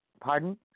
pardon